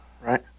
Right